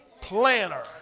planner